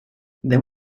there